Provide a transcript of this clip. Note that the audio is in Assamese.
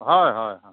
হয় হয় হয়